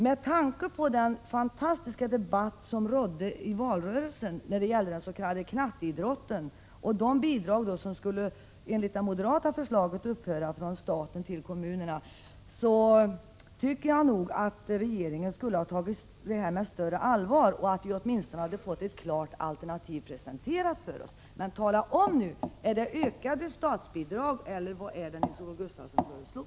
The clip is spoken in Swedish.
Med tanke på den fantastiska debatten i valrörelsen om den s.k. knatteidrotten — moderaterna föreslog ju att bidragen från staten till kommunerna skulle upphöra i det fallet — tycker jag att regeringen borde ha tagit den här frågan på större allvar och åtminstone presenterat ett klart alternativ. Är det ökade statsbidrag eller vad är det som Nils-Olof Gustafsson föreslår?